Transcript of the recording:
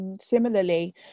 similarly